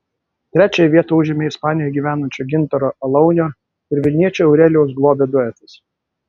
trečiąją vietą užėmė ispanijoje gyvenančio gintaro alaunio ir vilniečio aurelijaus globio duetas